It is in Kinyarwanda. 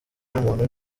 w’umuntu